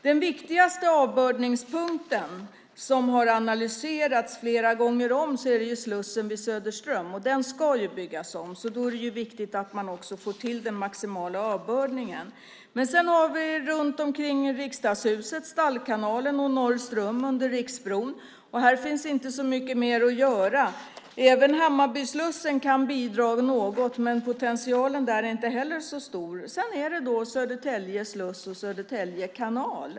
Den viktigaste avbördningspunkten, som har analyserats flera gånger om, är Slussen vid Söderström. Den ska byggas om, och då är det viktigt att man också får till den maximala avbördningen. Runt omkring Riksdagshuset har vi Stallkanalen och Norrström under Riksbron. Här finns inte så mycket mer att göra. Även Hammarbyslussen kan bidra något, men potentialen där är inte heller så stor. Sedan är det Södertälje sluss och Södertälje kanal.